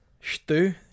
Stu